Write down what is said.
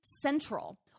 central